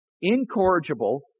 incorrigible